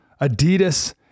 Adidas